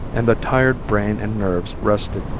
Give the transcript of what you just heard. and the tired brain and nerves rested.